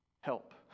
Help